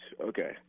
okay